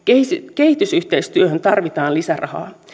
kehitysyhteistyöhön tarvitaan lisärahaa